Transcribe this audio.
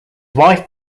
wife